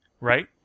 Right